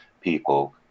people